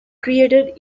created